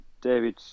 David